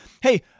hey